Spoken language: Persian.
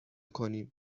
کنیم